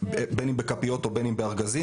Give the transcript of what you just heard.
בין אם בכפיות ובין אם בארגזים,